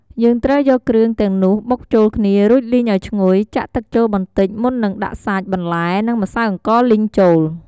យើងត្រូវយកគ្រឿងទាំងនោះបុកចូលគ្នា រួចលីងឱ្យឈ្ងុយ ចាក់ទឹកចូលបន្តិចមុននឹងដាក់សាច់ បន្លែ និងម្សៅអង្ករលីងចូល។